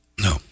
No